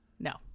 No